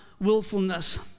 willfulness